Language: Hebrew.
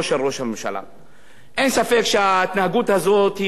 אין ספק שההתנהגות הזאת מתאימה למשטרים אפלים,